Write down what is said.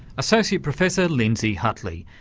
associate professor lindsay hutley,